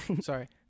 sorry